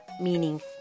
meaning